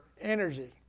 energy